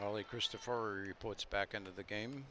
the christopher reports back into the game